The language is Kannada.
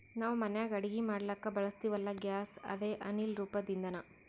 ನಾವ್ ಮನ್ಯಾಗ್ ಅಡಗಿ ಮಾಡ್ಲಕ್ಕ್ ಬಳಸ್ತೀವಲ್ಲ, ಗ್ಯಾಸ್ ಅದೇ ಅನಿಲ್ ರೂಪದ್ ಇಂಧನಾ